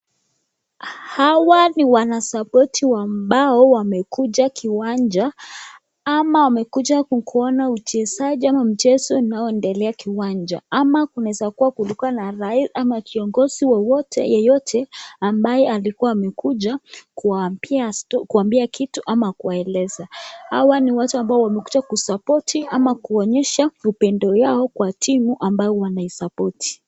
Hawa ni wana[support] ambao wamekuja kiwanja ama wamekuja kuona wachezaji ama mchezo unaoendelea kiwanja ama kunaeza kua kulikua na rais ama kiongozi yeyote ambaye alikua amekuja kuambia kitu ama kuwaeleza. Hawa ni watu ambao wamekuja ku[support] ama kuonyesha upendo yao kwa timu ambayo wanai[support]